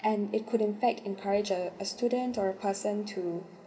and it could in fact encourage a a student or person to